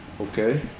Okay